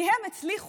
כי הם הצליחו.